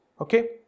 Okay